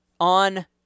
on